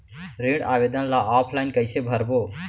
ऋण आवेदन ल ऑफलाइन कइसे भरबो?